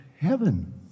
heaven